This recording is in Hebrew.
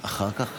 תוכלי אחר כך